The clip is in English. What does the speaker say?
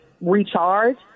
recharge